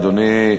תודה, אדוני.